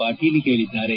ಪಾಟೀಲ್ ಹೇಳಿದ್ದಾರೆ